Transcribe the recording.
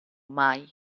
mai